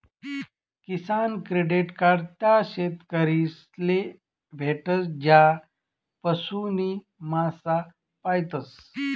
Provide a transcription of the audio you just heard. किसान credit card त्या शेतकरीस ले भेटस ज्या पशु नी मासा पायतस